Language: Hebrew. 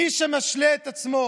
מי שמשלה את עצמו